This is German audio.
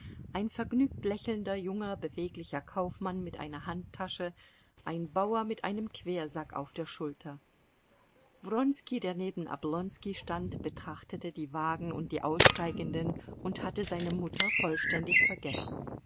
ein vergnügt lächelnder junger beweglicher kaufmann mit einer handtasche ein bauer mit einem quersack auf der schulter wronski der neben oblonski stand betrachtete die wagen und die aussteigenden und hatte seine mutter vollständig vergessen